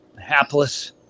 hapless